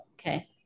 Okay